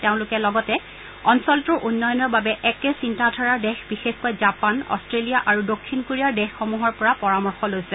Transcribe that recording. তেওঁলোকে লগতে অঞ্চলটোৰ উন্নয়নৰ বাবে একে চিন্তাধাৰাৰ দেশ বিশেষকৈ জাপান অট্টেলিয়া আৰু দক্ষিণ কোৰিয়াৰ দেশসমূহৰ পৰা পৰামৰ্শ লৈছে